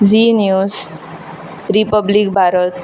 Zee news Republic Bharat